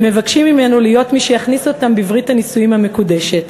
והם מבקשים ממנו להיות מי שיכניס אותם בברית הנישואין המקודשת.